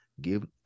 Give